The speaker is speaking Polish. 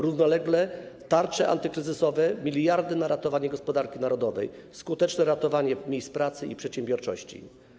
Równolegle tarcze antykryzysowe, miliardy na ratowanie gospodarki narodowej, skuteczne ratowanie miejsc pracy i przedsiębiorczości.